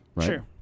sure